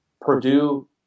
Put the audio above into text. Purdue